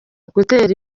gutera